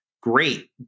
Great